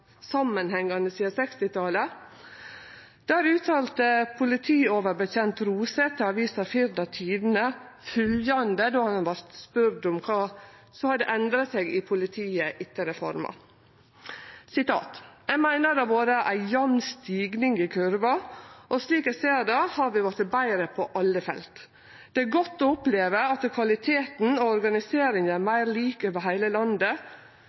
samanhengande sidan 1960-talet. Der uttalte politioverbetjent Roset til avisa Firda Tidend då han vart spurd om kva som hadde endra seg i politiet etter reforma: «Eg meiner det har vore ei jamn stigning i kurva, og slik eg ser det er vi blitt betre på alle felt. Det er godt å oppleve at kvaliteten og organiseringa er meir lik over heile landet.